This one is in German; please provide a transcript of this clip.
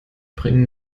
bringen